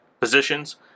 positions